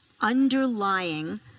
underlying